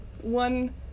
one